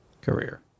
career